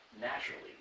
naturally